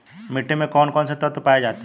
मिट्टी में कौन कौन से तत्व पाए जाते हैं?